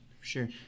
Sure